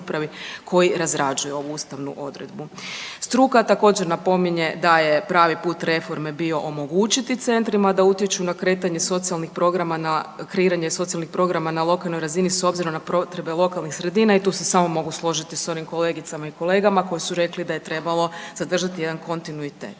koji razrađuje ovu ustavnu odredbu. Struka također napominje da je pravi put reforme bio omogućiti centrima da utječu na kretanje socijalnih programa na, kreiranje socijalnih programa na lokalnoj razini s obzirom na potrebe lokalnih sredina i tu se samo mogu složiti s onim kolegicama i kolegama koji su rekli da je trebalo zadržati jedan kontinuitet.